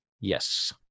Yes